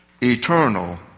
eternal